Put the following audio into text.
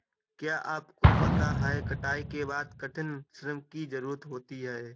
क्या आपको पता है कटाई के बाद कठिन श्रम की ज़रूरत होती है?